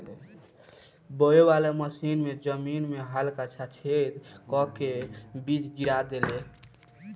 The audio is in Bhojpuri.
बोवे वाली मशीन जमीन में हल्का सा छेद क के बीज गिरा देले